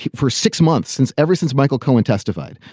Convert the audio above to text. for six months since ever since michael cohen testified.